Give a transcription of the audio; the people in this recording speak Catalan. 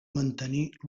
mantenir